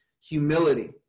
humility